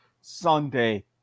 Sunday